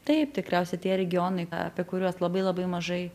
taip tikriausia tie regionai apie kuriuos labai labai mažai